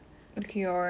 I have faith